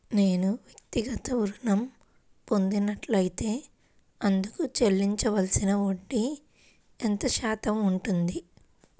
నేను వ్యక్తిగత ఋణం పొందినట్లైతే అందుకు చెల్లించవలసిన వడ్డీ ఎంత శాతం ఉంటుంది?